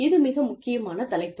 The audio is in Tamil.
இது மிக மிக முக்கியமான தலைப்பு